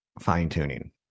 fine-tuning